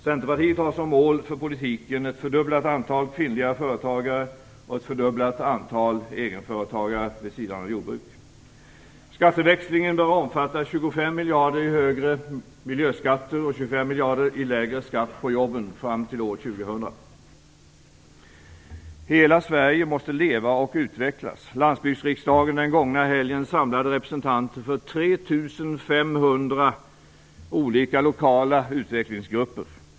Centerpartiet har som mål för politiken ett fördubblat antal kvinnliga företagare och ett fördubblat antal egenföretagare vid sidan av jordbruket. Skatteväxlingen bör omfatta 25 miljarder i högre miljöskatter och 25 miljarder i lägre skatt på jobben fram till år 2000. Hela Sverige måste leva och utvecklas. Landsbygdsriksdagen den gångna helgen samlade representanter för 3 500 olika lokala utvecklingsgrupper.